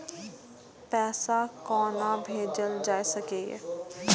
पैसा कोना भैजल जाय सके ये